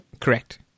Correct